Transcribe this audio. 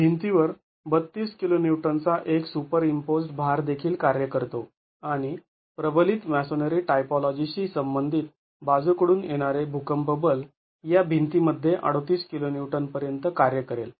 भिंतीवर ३२ kN चा एक सुपरइम्पोज्ड् भार देखील कार्य करतो आणि प्रबलित मॅसोनरी टाइपोलॉजीशी संबंधित बाजू कडून येणारे भूकंप बल या भिंती मध्ये ३८ kN पर्यंत कार्य करेल